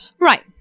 Right